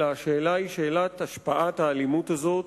אלא השאלה היא שאלת השפעת האלימות הזאת